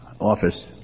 office